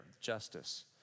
Justice